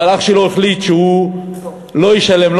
אבל אח שלו החליט שהוא לא ישלם,